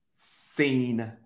seen